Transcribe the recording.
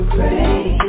Pray